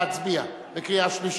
להצביע בקריאה שלישית?